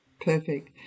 Perfect